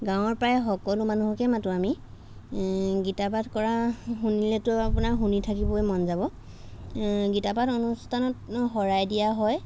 গাঁৱৰ প্ৰায় সকলো মানুহকে মাতোঁ আমি গীতা পাঠ কৰা শুনিলেতো আপোনাৰ শুনি থাকিবই মন যাব গীতা পাঠ অনুষ্ঠানত শৰাই দিয়া হয়